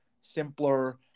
simpler